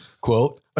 quote